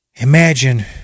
Imagine